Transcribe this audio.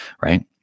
right